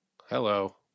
Hello